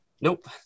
Nope